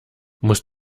musst